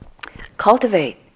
Cultivate